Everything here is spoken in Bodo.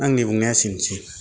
आंनि बुंनाया एसेनोसै